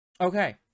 Okay